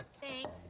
Thanks